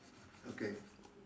okay